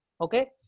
Okay